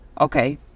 Okay